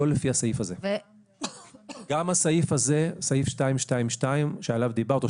גם הסעיף הזה שעליו דיברת,